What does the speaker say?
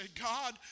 God